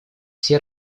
все